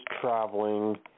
traveling